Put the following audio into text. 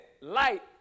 light